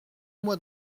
moi